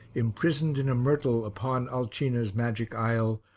imprisoned in a myrtle upon alcina's magic isle,